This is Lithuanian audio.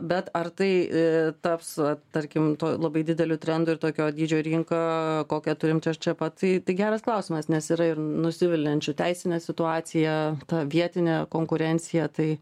bet ar tai taps tarkim tuoj labai dideliu trendu ir tokio dydžio rinką kokią turim čia ir čia pat tai tai geras klausimas nes yra ir nusiviliančių teisine situacija ta vietine konkurencija tai